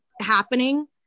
happening